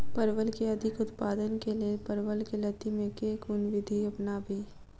परवल केँ अधिक उत्पादन केँ लेल परवल केँ लती मे केँ कुन विधि अपनाबी?